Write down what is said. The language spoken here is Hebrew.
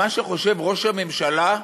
ממה שחושב ראש הממשלה,